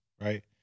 right